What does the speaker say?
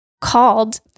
called